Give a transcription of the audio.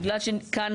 בגלל שהם כאן,